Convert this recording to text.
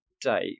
day